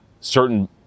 Certain